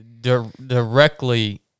directly